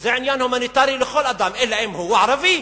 זה עניין הומניטרי לכל אדם, אלא אם הוא ערבי.